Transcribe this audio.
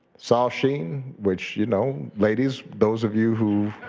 soft sheen, which you know, ladies, those of you who